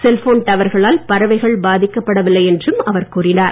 cellphone டவர்களால் பறவைகள் பாதிக்கப்படவில்லை என்றும் அவர் கூறினார்